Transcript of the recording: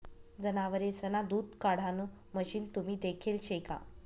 जनावरेसना दूध काढाण मशीन तुम्ही देखेल शे का?